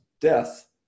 death